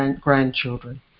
grandchildren